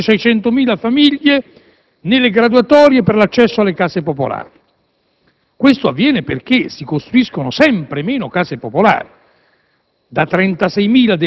In Italia, oltre 600.000 famiglie sono nelle graduatorie per l'acceso alle case popolari. Ciò avviene perché si costruiscono sempre meno alloggi popolari: